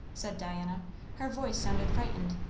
said diana her voice sounded frightened.